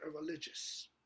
religious